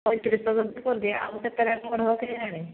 କେଲାଣି